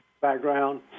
background